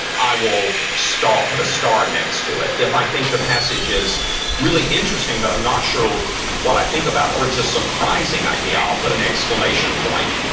i will put a star next to it. if i think the passage is really interesting, but i'm not sure what i think about it or it's a surprising idea, i'll put an exclamation point.